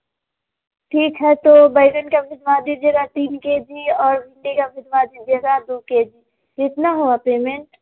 ठीक है तो बैंगन का भिजवा दीजिएगा तीन के जी और भिंडी का भिजवा दीजिएगा दू के जी कितना हुआ पेमेंट